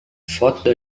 foto